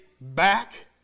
back